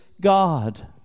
God